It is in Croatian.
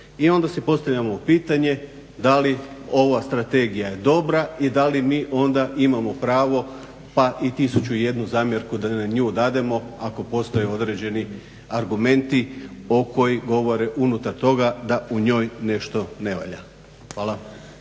I onda si postavljamo pitanje da li ova strategija je dobra i da li mi onda imamo pravo pa i 1001 zamjerku da na nju dademo ako postoje određeni argumenti koji govore unutar toga da u njoj nešto ne valja. Hvala.